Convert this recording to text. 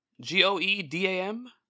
G-O-E-D-A-M